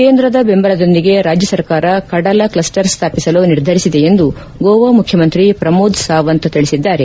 ಕೇಂದ್ರದ ಬೆಂಬಲದೊಂದಿಗೆ ರಾಜ್ಯ ಸರ್ಕಾರ ಕಡಲ ಕ್ಲಸ್ಟರ್ ಸ್ಥಾಪಿಸಲು ನಿರ್ಧರಿಸಿದೆ ಎಂದು ಗೋವಾ ಮುಖ್ಯಮಂತ್ರಿ ಪ್ರಮೋದ್ ಸಾವಂತ್ ತಿಳಿಸಿದ್ದಾರೆ